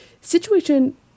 Situation